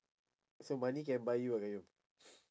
so money can buy you ah qayyum